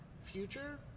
future